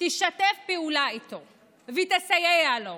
ישתפו פעולה איתו ויסייעו לו.